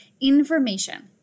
information